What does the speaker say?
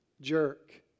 jerk